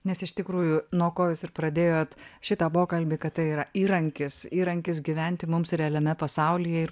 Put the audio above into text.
nes iš tikrųjų nuo ko jūs ir pradėjot šitą pokalbį kad tai yra įrankis įrankis gyventi mums realiame pasaulyje ir